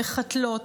מחתלות,